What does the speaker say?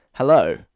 Hello